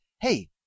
hey